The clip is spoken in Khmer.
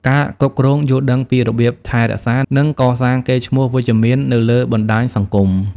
ការគ្រប់គ្រង យល់ដឹងពីរបៀបថែរក្សា និងកសាងកេរ្តិ៍ឈ្មោះវិជ្ជមាននៅលើបណ្តាញសង្គម។